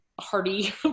hearty